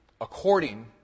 according